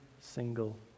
single